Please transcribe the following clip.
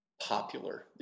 popular